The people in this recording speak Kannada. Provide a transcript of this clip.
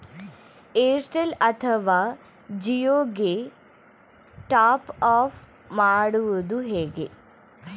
ಏರ್ಟೆಲ್ ಅಥವಾ ಜಿಯೊ ಗೆ ಟಾಪ್ಅಪ್ ಮಾಡುವುದು ಹೇಗೆ?